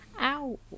Ow